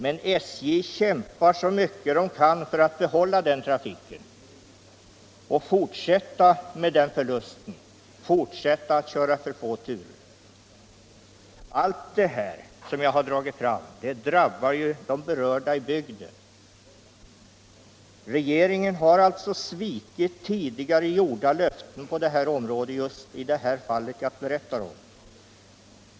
Men SJ kämpar så mycket man kan för att behålla denna trafik och fortsätta med förlusten, fortsätta att köra för få turer. Allt det som jag här dragit fram drabbar ju bygdens invånare. Regeringen har alltså svikit tidigare givna löften just i det fall jag berättar om.